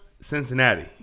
Cincinnati